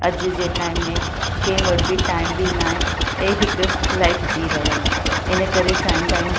अॼु जे टाइम में कंहिं वटि बि टाइम बि न आहे ऐं हिकु लाइफ़ जी रहिया आहे करे चाहींदा आहियूं